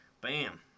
Bam